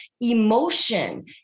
emotion